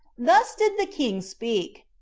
thus did the king speak.